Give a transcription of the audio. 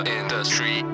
industry